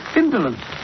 indolence